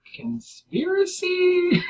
Conspiracy